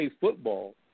football